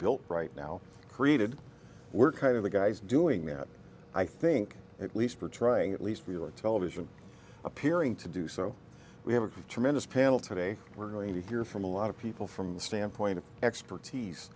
built right now created we're kind of the guys doing that i think at least we're trying at least we were television appearing to do so we have a tremendous panel today we're going to hear from a lot of people from the standpoint of expertise